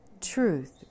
truth